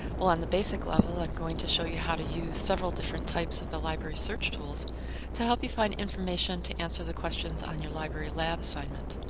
will, on the basic level, i'm going to show you how to use several different types of the library search tools to help you find information to answer the questions on your library lab assignment.